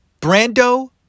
Brando